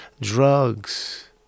drugs